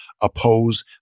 oppose